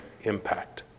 impact